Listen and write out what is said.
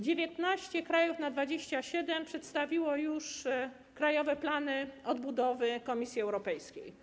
19 krajów na 27 przedstawiło już krajowe plany odbudowy Komisji Europejskiej.